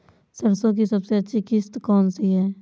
सरसो की सबसे अच्छी किश्त कौन सी है?